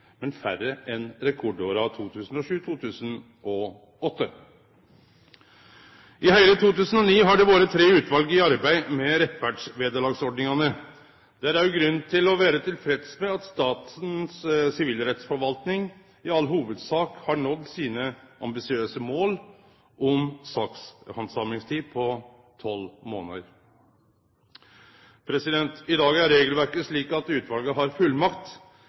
men mindre enn i rekordåra 2007 og 2008. I heile 2009 har det vore tre utval i arbeid med rettferdsvederlagsordningane. Det er også grunn til å vere tilfreds med at Statens sivilrettsforvalting i all hovudsak har nådd sine ambisiøse mål om sakshandsamingstid på tolv månader. I dag er regelverket slik at utvala har fullmakt,